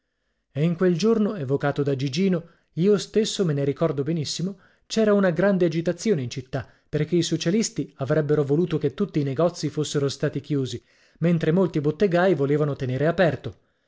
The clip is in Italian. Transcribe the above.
e in quel giorno evocato da gigino io stesso me ne ricordo benissimo c'era una grande agitazione in città perché i socialisti avrebbero voluto che tutti i negozi fossero stati chiusi mentre molti bottegai volevano tenere aperto